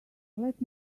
let